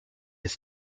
his